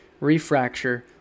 refracture